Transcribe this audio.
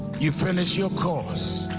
you finished your course.